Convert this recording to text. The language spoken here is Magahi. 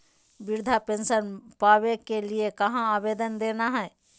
वृद्धा पेंसन पावे के लिए कहा आवेदन देना है?